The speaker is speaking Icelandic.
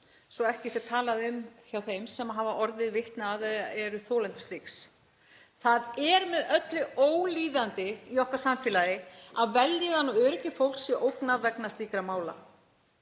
svo ekki sé talað um hjá þeim sem hafa orðið vitni að eða eru þolendur slíks. Það er með öllu ólíðandi í okkar samfélagi að vellíðan og öryggi fólks sé ógnað vegna slíkra mála.